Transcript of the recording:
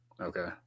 Okay